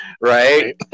Right